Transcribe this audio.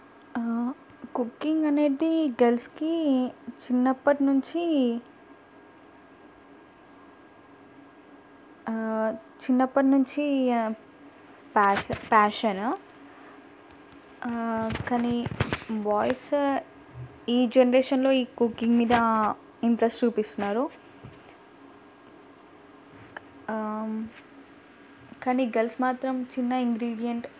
cooking అనేది గర్ల్స్కి చిన్నప్పటినుంచి చిన్నప్పటినుంచి ప్యాషన్ కానీ బాయ్స్ ఈ జనరేషన్లో ఈ కుకింగ్ మీద ఇంట్రెస్ట్ చూపిస్తున్నారు కానీ గర్ల్స్ మాత్రం చిన్న ఇంగ్రిడియంట్